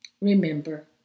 Remember